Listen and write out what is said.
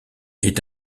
est